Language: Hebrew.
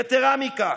יתרה מזו,